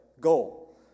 goal